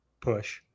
push